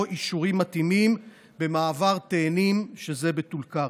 אישורים מתאימים במעבר תאנים שבטול כרם.